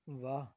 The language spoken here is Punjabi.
ਵਾਹ